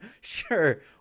Sure